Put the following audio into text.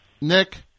Nick